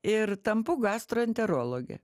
ir tampu gastroenterologe